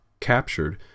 captured